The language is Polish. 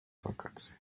wakacje